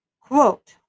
Quote